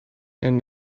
and